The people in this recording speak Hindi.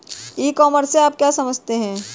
ई कॉमर्स से आप क्या समझते हैं?